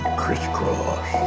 crisscross